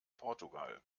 portugal